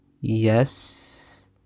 yes